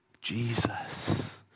Jesus